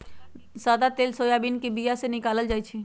सदा तेल सोयाबीन के बीया से निकालल जाइ छै